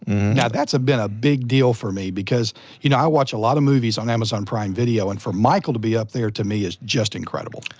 now that's been a big deal for me, because you know, i watch a lot of movies on amazon prime video, and for michael to be up there, to me, is just incredible.